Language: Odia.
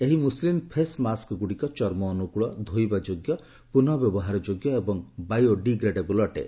ଏହି ମୁସଲିନ୍ ଫେସ୍ ମାସ୍କଗୁଡ଼ିକ ଚର୍ମ ଅନୁକୂଳ ଧୋଇବା ଯୋଗ୍ୟ ପୁନଃବ୍ୟବହାର ଯୋଗ୍ୟ ଏବଂ ବାୟୋ ଡିଗ୍ରେଡେବଲ୍ ଅଟେ